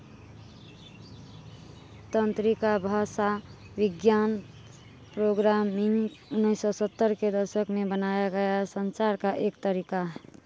तन्त्रिकाभाषाविज्ञान programming उन्नीस सौ सत्तर के दशक में बनाया गया संचार का एक तरीका है